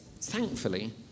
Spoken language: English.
thankfully